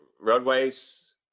roadways